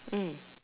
mm